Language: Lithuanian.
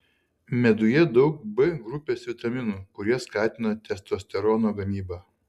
meduje daug b grupės vitaminų kurie skatina testosterono gamybą